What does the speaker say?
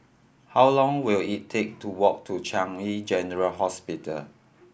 how long will it take to walk to Changi General Hospital